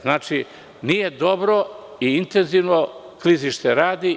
Znači, nije dobro i intenzivno klizište radi.